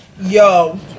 Yo